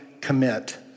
commit